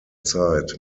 zeit